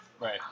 Right